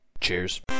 Cheers